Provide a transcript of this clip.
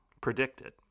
predicted